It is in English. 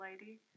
lady